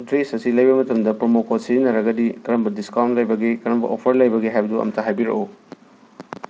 dress ꯑꯁꯤ ꯂꯩꯕ ꯃꯇꯝꯗ ꯄ꯭ꯔꯣꯃꯣ ꯀꯣꯠ ꯁꯤꯖꯤꯟꯅꯔꯒꯗꯤ ꯀꯔꯝꯕ ꯗꯤꯁꯀꯥꯎꯟ ꯂꯩꯕꯒꯦ ꯀꯔꯝꯕ ꯑꯣꯐꯔ ꯂꯩꯕꯒꯦ ꯍꯥꯏꯕꯗꯨ ꯑꯃꯨꯛꯇ ꯍꯥꯏꯕꯤꯔꯛꯎ